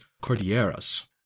cordilleras